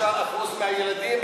33% מהילדים,